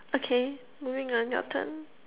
okay moving on your turn